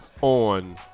on